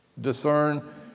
discern